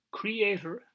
creator